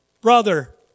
brother